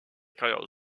carrière